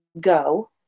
go